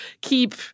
keep